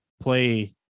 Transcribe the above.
play